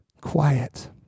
quiet